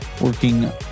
working